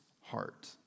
heart